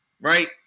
Right